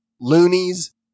loonies